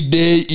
day